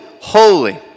holy